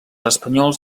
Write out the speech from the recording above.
espanyols